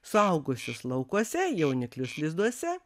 suaugusius laukuose jauniklius lizduose